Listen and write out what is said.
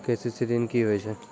KCC ॠन की होय छै?